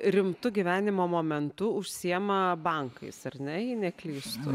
rimtu gyvenimo momentu užsiema bankais ar ne jei neklystu